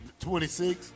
26